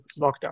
lockdown